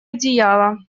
одеяло